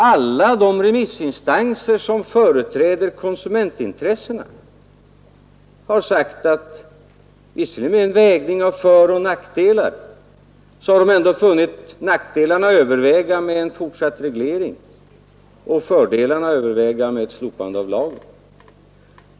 Alla de remissinstanser som företräder konsumentintressena har efter vägning av föroch nackdelar funnit nackdelarna överväga med en fortsatt reglering och fördelarna överväga med ett slopande av lagen.